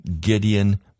Gideon